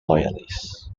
loyalists